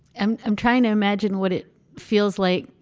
and i'm trying to imagine what it feels like.